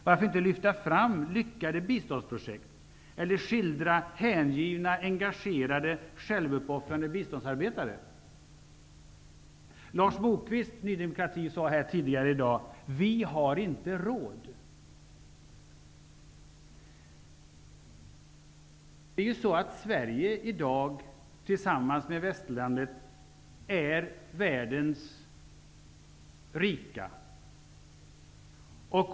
Varför inte lyfta fram lyckade biståndsprojekt eller skildra hängivna engagerade självuppoffrande biståndsarbetare? Lars Moquist, Ny demokrati, sade tidigare i dag: Vi har inte råd. Sverige tillhör, tillsammans med västerlandet, världens rika.